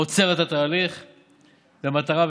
עוצר את התהליך במטרה,